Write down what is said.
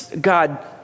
god